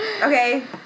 okay